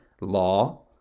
law